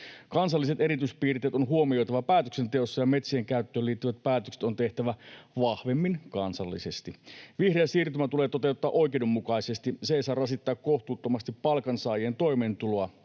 Kansalliset erityispiirteet on huomioitava päätöksenteossa, ja metsien käyttöön liittyvät päätökset on tehtävä vahvemmin kansallisesti. Vihreä siirtymä tulee toteuttaa oikeudenmukaisesti. Se ei saa rasittaa kohtuuttomasti palkansaajien toimeentuloa